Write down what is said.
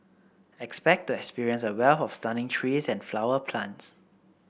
expect to experience a wealth of stunning trees and flower plants